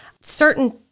Certain